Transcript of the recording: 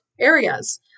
areas